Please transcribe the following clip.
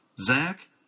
Zach